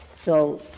so